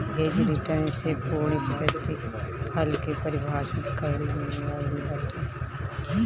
hedge return से पूर्णप्रतिफल के पारिभाषित कईल गईल बाटे